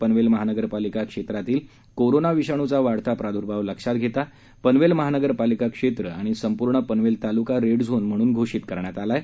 पनवेल महानगरपालिका क्षेत्रातील कोरोना विषाणूचा वाढता प्रादर्भाव लक्षात घेता पनवेल महानगरपालिका क्षेत्र व संपूर्ण पनवेल तालुका रेड झोन म्हणून घोषित करण्यात आला आहे